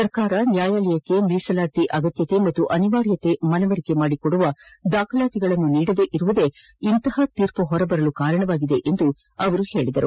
ಸರ್ಕಾರ ನ್ನಾಯಾಲಯಕ್ಷೆ ಮೀಸಲಾತಿ ಅಗತ್ಯತೆ ಮತ್ತು ಅನಿವಾರ್ಯತೆ ಮನವರಿಕೆ ಮಾಡಿ ಕೊಡುವ ದಾಖಲಾತಿಗಳನ್ನು ನೀಡದೇ ಇರುವುದೇ ಇಂತಹ ತೀರ್ಮ ಹೊರ ಬರಲು ಕಾರಣವಾಗಿದೆ ಎಂದು ಅವರು ಹೇಳಿದರು